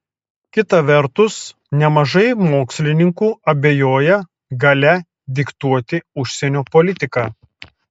kita vertus nemažai mokslininkų abejoja galia diktuoti užsienio politiką